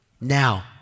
Now